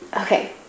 Okay